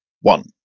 one